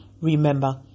Remember